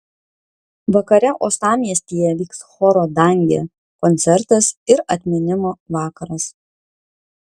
vakare uostamiestyje vyks choro dangė koncertas ir atminimo vakaras